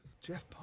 Jeff